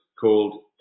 called